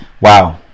wow